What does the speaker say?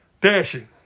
Dashing